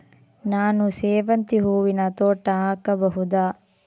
ನಾನು ಸೇವಂತಿ ಹೂವಿನ ತೋಟ ಹಾಕಬಹುದಾ?